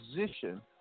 position